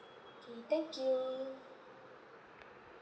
K thank you